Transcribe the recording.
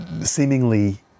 seemingly